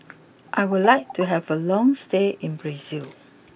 I would like to have a long stay in Brazil